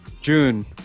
June